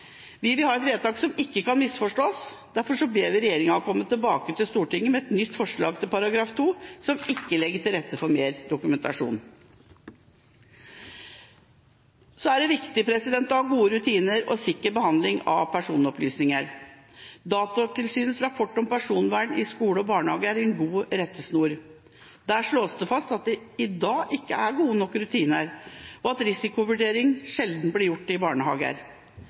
Vi vil ha et vedtak som ikke kan misforstås. Derfor ber vi regjeringa komme tilbake til Stortinget med et nytt forslag til § 2 som ikke legger til rette for mer dokumentasjon. Det er viktig å ha gode rutiner og sikker behandling av personopplysninger. Datatilsynets rapport om personvern i skole og barnehage er en god rettesnor. Der slås det fast at det i dag ikke er gode nok rutiner, og at risikovurdering sjelden blir gjort i barnehager.